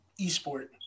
esport